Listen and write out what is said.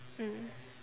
mm